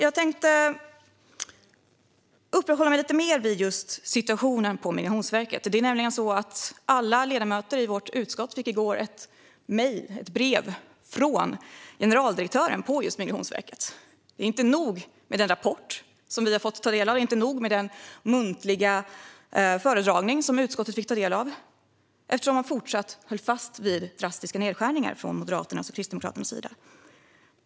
Jag tänkte uppehålla mig lite mer vid just situationen på Migrationsverket. Det är nämligen så att alla ledamöter i vårt utskott i går fick ett mejl från generaldirektören på Migrationsverket. Det var inte nog med den rapport som vi har fått ta del av och den muntliga föredragning som utskottet fått ta del av, eftersom Moderaterna och Kristdemokraterna fortsatt höll fast vid drastiska nedskärningar.